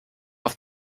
auf